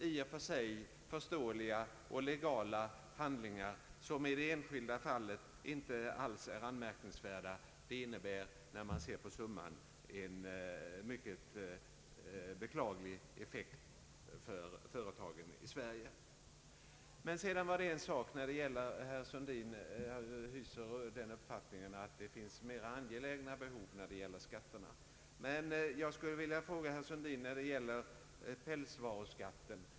I och för sig förståeliga och legala handlingar, som i det enskilda fallet inte alls är anmärkningsvärda, har tillsammans en mycket beklaglig effekt för företagen i Sverige. Herr Sundin hyser den uppfattningen att det finns mera angelägna behov när det gäller att avveckla skatter. Jag skulle vilja ställa en fråga till herr Sundin beträffande pälsvaruskatten.